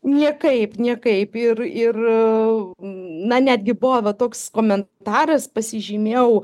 niekaip niekaip ir ir na netgi buvo va toks komentaras pasižymėjau